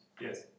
Yes